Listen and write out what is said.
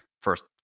first